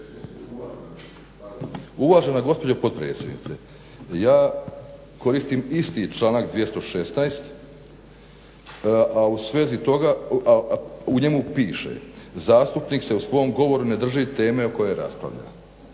Uvažena gospođo potpredsjednice, ja koristim isti članak 216. a u svezi toga, a u njemu piše: "Zastupnik se u svom govoru ne drži teme o kojoj raspravlja."